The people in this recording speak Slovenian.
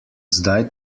zdaj